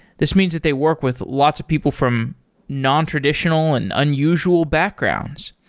this means that they work with lots of people from nontraditional and unusual backgrounds.